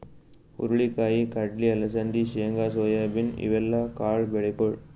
ಹುರಳಿ ಕಾಯಿ, ಕಡ್ಲಿ, ಅಲಸಂದಿ, ಶೇಂಗಾ, ಸೋಯಾಬೀನ್ ಇವೆಲ್ಲ ಕಾಳ್ ಬೆಳಿಗೊಳ್